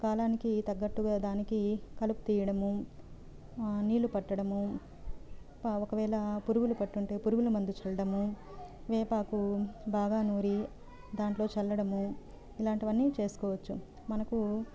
ఒక్కొక్క కాలానికి తగ్గట్టుగా దానికి కలుపు తీయడము నీళ్ళు పట్టడము ప ఒకవేళ పురుగులు పట్టుంటే పురుగులమందు చల్లడము వేపాకు బాగా నూరి దాంట్లో చల్లడము ఇలాంటివన్నీ చేసుకోవచ్చు మనకు